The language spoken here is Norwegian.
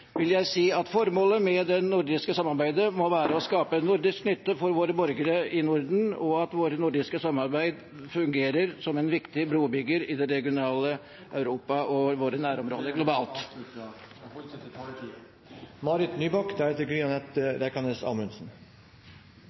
vil jeg si at formålet med det nordiske samarbeidet må være å skape nordisk nytte for borgerne i Norden, og at vårt nordiske samarbeid fungerer som en viktig brobygger i det regionale Europa og i våre nærområder Presidenten ber om at man avslutter innlegget og holder seg til taletiden. For å